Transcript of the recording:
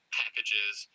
packages